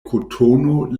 kotono